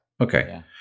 Okay